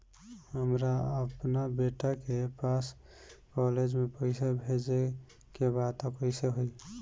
हमरा अपना बेटा के पास कॉलेज में पइसा बेजे के बा त कइसे होई?